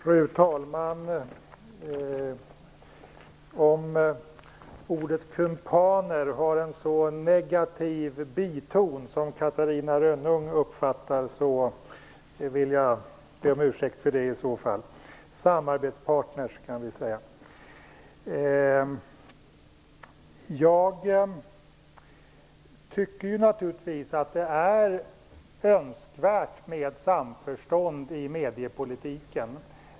Fru talman! Jag ber om ursäkt om ordet kumpaner har en negativ biton för Catarina Rönnung. Vi kan säga samarbetspartner. Jag tycker naturligtvis att det är önskvärt med samförstånd i mediepolitiken.